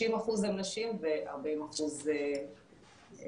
60% הם נשים ו-40% הם גברים.